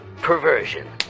Perversion